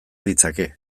ditzake